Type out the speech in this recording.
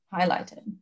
highlighted